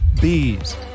Bees